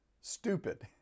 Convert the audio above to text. stupid